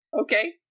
Okay